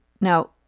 Now